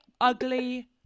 Ugly